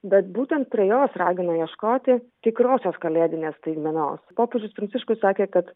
bet būtent prie jos ragina ieškoti tikrosios kalėdinės staigmenos popiežius pranciškus sakė kad